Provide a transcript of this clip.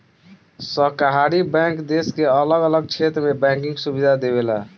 सहकारी बैंक देश के अलग अलग क्षेत्र में बैंकिंग सुविधा देवेला